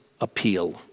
appeal